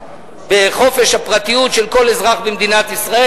בחופש הפרטיות של כל אזרח במדינת ישראל,